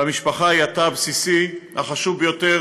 והמשפחה היא התא הבסיסי החשוב ביותר,